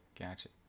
gotcha